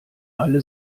alle